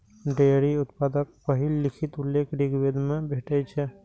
dairy उत्पादक पहिल लिखित उल्लेख ऋग्वेद मे भेटै छै